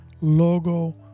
logo